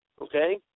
okay